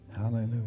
Hallelujah